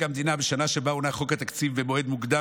בשנה שבה הונח חוק התקציב במועד מוקדם